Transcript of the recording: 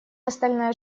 остальная